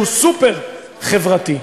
שהוא סופר-חברתי.